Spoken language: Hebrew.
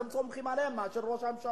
אתם סומכים עליהם יותר מאשר על ראש הממשלה.